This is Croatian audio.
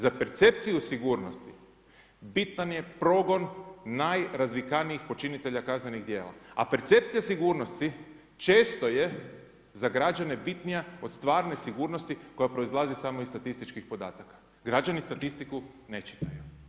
Za percepciju sigurnosti bitan je progon najrazvikanijih počinitelja kaznenih djela a percepcija sigurnosti često je za građane bitnija od stvarne sigurnosti koja proizlazi samo iz statističkih podataka, građani statistiku ne čitaju.